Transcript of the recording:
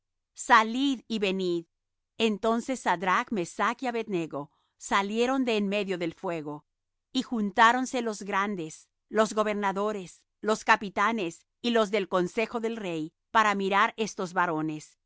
salid y venid entonces sadrach mesach y abed nego salieron de en medio del fuego y juntáronse los grandes los gobernadores los capitanes y los del consejo del rey para mirar estos varones